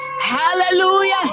hallelujah